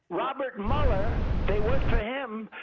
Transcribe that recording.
robert mueller they worked for him,